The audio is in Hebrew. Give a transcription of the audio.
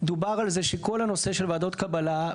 דובר על זה שכל הנושא של ועדות קבלה,